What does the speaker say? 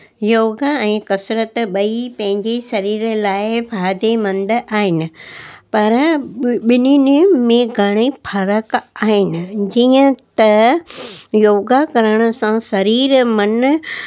योगा ऐं कसरत ॿई पंहिंजी शरीर लाइ फ़ाइदेमंद आहिनि पर ॿिन्हनि में घणे फ़र्क़ आहिनि जीअं त योगा करण सां शरीरु मनु